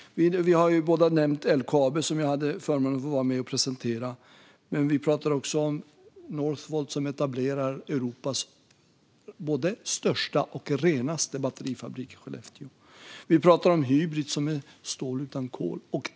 Vi har båda nämnt LKAB, som jag hade förmånen att få vara med och presentera, men vi pratar också om Northvolt, som håller på att etablera Europas största och renaste batterifabrik i Skellefteå. Vi pratar om Hybrit, det vill säga produktion av stål utan hjälp av kol.